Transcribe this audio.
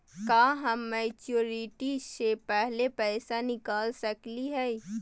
का हम मैच्योरिटी से पहले पैसा निकाल सकली हई?